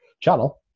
channel